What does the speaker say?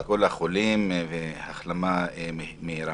לכל החולים החלמה מהירה.